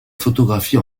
photographie